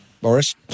Boris